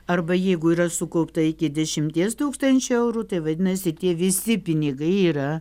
arba jeigu yra sukaupta iki dešimties tūkstančių eurų tai vadinasi tie visi pinigai yra